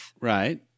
Right